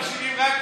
בשמי.